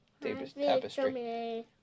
tapestry